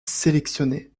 sélectionnés